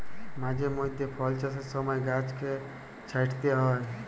মাঝে মইধ্যে ফল চাষের ছময় গাহাচকে ছাঁইটতে হ্যয়